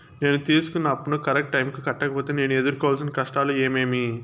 నేను తీసుకున్న అప్పును కరెక్టు టైముకి కట్టకపోతే నేను ఎదురుకోవాల్సిన కష్టాలు ఏమీమి?